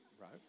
Right